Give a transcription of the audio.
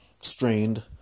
strained